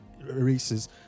races